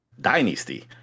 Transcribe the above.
dynasty